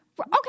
Okay